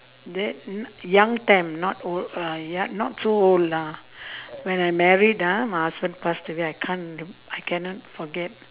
that young time not old uh ya not so old lah when I'm married ah my husband passed away I can't I cannot forget